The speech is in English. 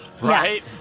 Right